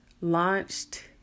launched